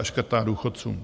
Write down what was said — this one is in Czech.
A škrtá důchodcům.